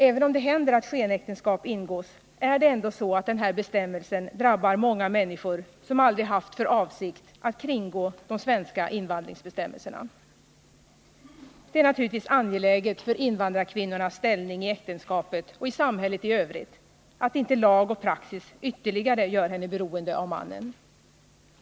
Även om det händer att skenäktenskap ingås är det ändå så att den här bestämmelsen drabbar många människor som aldrig har haft för avsikt att kringgå de svenska invandringsbestämmelserna. Det är naturligtvis angeläget för invandrarkvinnans ställning i äktenskapet och i samhället i övrigt att inte lag och praxis gör henne ytterligare beroende av mannen.